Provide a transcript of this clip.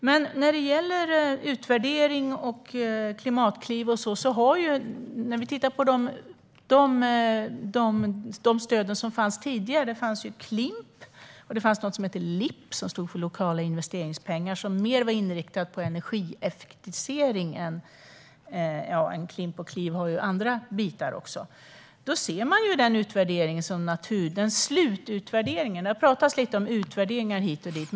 Men när det gäller utvärdering av Klimatklivet och så vidare kan vi titta på de stöd som fanns tidigare. Det fanns något som hette Klimp. Och det fanns något som hette LIP, som stod för lokala investeringsprogram och som mer var inriktat på energieffektivisering. Klimp och Klimatklivet har ju andra bitar också. Man kan titta i slututvärderingen. Det har pratats om utvärderingar hit och dit.